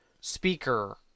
speaker